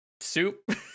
soup